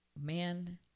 man